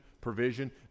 provision